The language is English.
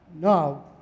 Now